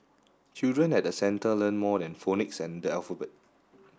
children at the centre learn more than phonics and the alphabet